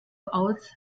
aus